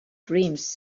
dreams